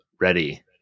ready